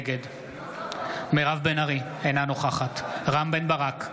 נגד מירב בן ארי, אינה נוכחת רם בן ברק,